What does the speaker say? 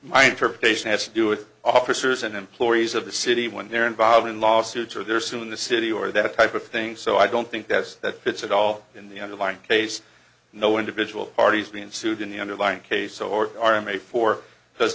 my interpretation has to do with officers and employees of the city when they're involved in lawsuits are there still in the city or that type of thing so i don't think that's the pits at all in the underlying case no individual parties being sued in the underlying case or r m a for does